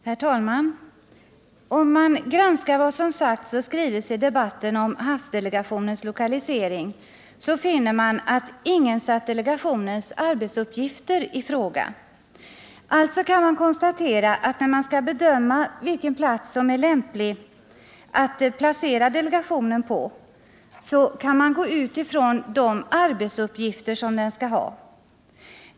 Herr talman! Om man granskar vad som sagts och skrivits i debatten om havsresursdelegationens lokalisering, finner man att ingen satt delegationens arbetsuppgifter i fråga. Alltså kan man konstatera att när man skall bedöma vilken plats som är lämplig att placera delegationen på, kan man gå ut ifrån de 155 arbetsuppgifter som den skall ha.